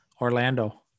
Orlando